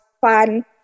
fun